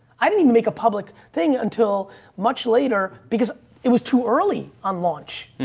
i didn't even make a public thing until much later because it was too early on launch.